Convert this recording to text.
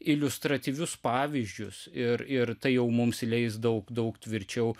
iliustratyvius pavyzdžius ir ir tai jau mums leis daug daug tvirčiau